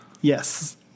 Yes